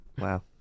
Wow